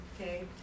Okay